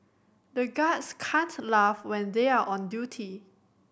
the guards can't laugh when they are on duty